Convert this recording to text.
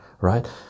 Right